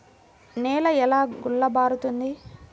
నేల ఎలా గుల్లబారుతుంది?